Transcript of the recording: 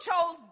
chose